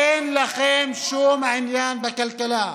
אין לכם שום עניין בכלכלה,